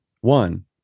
One